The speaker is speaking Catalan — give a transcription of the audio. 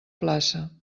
plaça